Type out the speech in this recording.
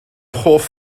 hoff